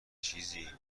چیزی